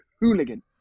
hooligan